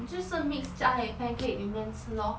就是 mix 家里 pancake 里面吃 lor